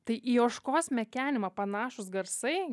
tai į ožkos mekenimą panašūs garsai